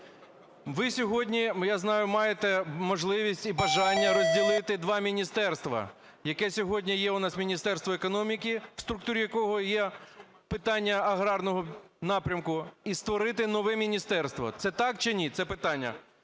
Ви сьогодні, я знаю, маєте можливість і бажання розділити 2 міністерства, яке сьогодні є у нас Міністерство економіки, в структурі якого є питання аграрного напрямку, і створити нове міністерство. Це так чи ні? Це питання.